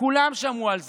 כולם שמעו על זה.